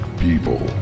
people